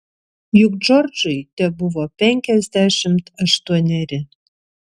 juk džordžui tebuvo penkiasdešimt aštuoneri